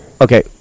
Okay